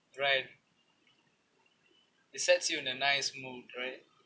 right it sets you in a nice mood right